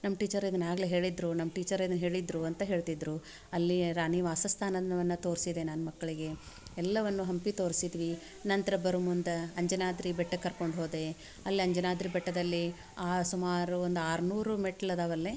ನಮ್ಮ ಟೀಚರ್ ಇದನ್ನು ಆಗಲೇ ಹೇಳಿದರು ನಮ್ಮ ಟೀಚರ್ ಇದ್ನ ಹೇಳಿದರು ಅಂತ ಹೇಳ್ತಿದ್ದರು ಅಲ್ಲಿ ರಾಣಿ ವಾಸಸ್ಥಾನವನ್ನು ತೋರಿಸಿದೆ ನಾನು ಮಕ್ಕಳಿಗೆ ಎಲ್ಲವನ್ನೂ ಹಂಪಿ ತೋರಿಸಿದ್ವಿ ನಂತರ ಬರುವ ಮುಂದೆ ಅಂಜನಾದ್ರಿ ಬೆಟ್ಟಕ್ಕೆ ಕರ್ಕೊಂಡು ಹೋದೆ ಅಲ್ಲಿ ಅಂಜನಾದ್ರಿ ಬೆಟ್ಟದಲ್ಲಿ ಆ ಸುಮಾರು ಒಂದು ಆರ್ನೂರು ಮೆಟ್ಲು ಅದಾವೆ ಅಲ್ಲಿ